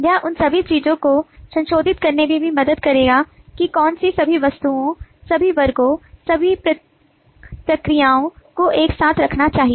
यह उन सभी चीजों को संशोधित करने में भी मदद करेगा कि कौनसी सभी वस्तुओं सभी वर्गों सभी प्रक्रियाओं को एक साथ रखना चाहिए